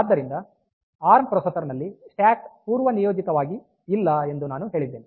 ಆದ್ದರಿಂದ A R M processor ನಲ್ಲಿ stack ಪೂರ್ವನಿಯೋಜಿತವಾಗಿ ಇಲ್ಲ ಎಂದು ನಾನು ಹೇಳಿದ್ದೇನೆ